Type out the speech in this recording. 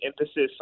emphasis